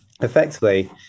effectively